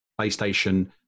PlayStation